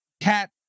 cat